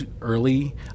early